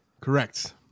correct